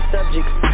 subjects